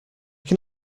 can